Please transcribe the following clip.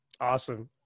Awesome